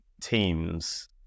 teams